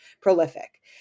prolific